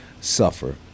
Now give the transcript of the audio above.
suffer